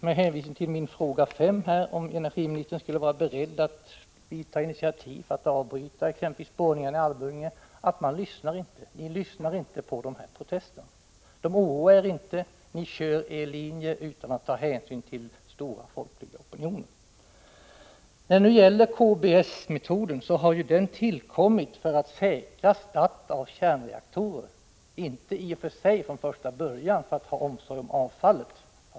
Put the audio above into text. Med hänvisning till min fråga nr 5, om energiministern är beredd att ta initiativ för att exempelvis avbryta borrningarna i Almunge, och det svar energiministern har gett anser jag att det är tydligt att ni inte lyssnar på protesterna, att de inte oroar er, att ni kör fram er väg utan att ta hänsyn till stora folkliga opinioner. KBS-metoden har ju tillkommit för att säkra start av kärnreaktorer — från första början inte i och för sig av omsorg om avfallet.